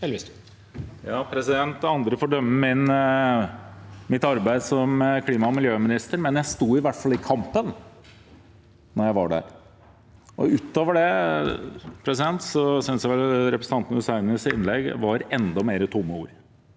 (V) Andre får bedømme mitt arbeid som klima- og miljøminister, men jeg sto i hvert fall i kampen da jeg var det. Utover det synes jeg vel representanten Hussainis innlegg var enda mer tomme ord.